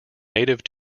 native